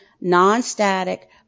non-static